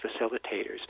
facilitators